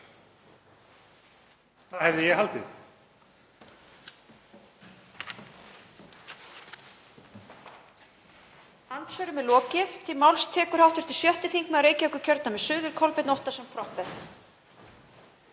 Það hefði ég haldið.